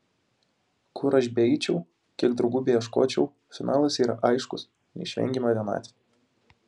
kur aš beeičiau kiek draugų beieškočiau finalas yra aiškus neišvengiama vienatvė